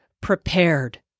prepared